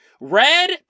Red